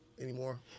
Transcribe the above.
anymore